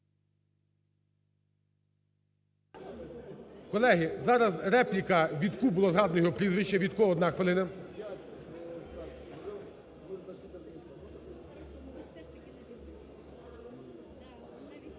Колеги, зараз репліка Вітку, було згадано його прізвище. Вітко, одна хвилина.